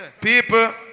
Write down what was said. People